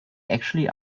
actually